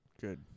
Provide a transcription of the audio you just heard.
good